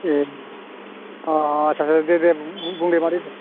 ए आट्चा आट्चा दे दे बुं दे मादै बुं